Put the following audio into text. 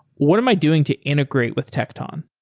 what am i doing to integrate with tecton?